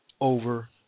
over